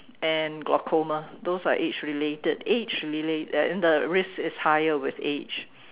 and glaucoma those are age related age related uh and the risk is higher with age